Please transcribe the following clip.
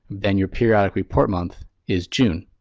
then your periodic report month is june.